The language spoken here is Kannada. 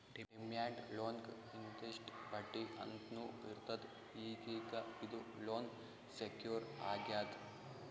ಡಿಮ್ಯಾಂಡ್ ಲೋನ್ಗ್ ಇಂತಿಷ್ಟ್ ಬಡ್ಡಿ ಅಂತ್ನೂ ಇರ್ತದ್ ಈಗೀಗ ಇದು ಲೋನ್ ಸೆಕ್ಯೂರ್ ಆಗ್ಯಾದ್